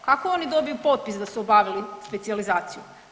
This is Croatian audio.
Kako oni dobiju potpis da su obavili specijalizaciju?